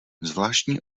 zvláštní